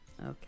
Okay